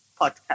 podcast